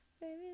baby